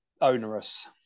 onerous